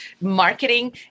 marketing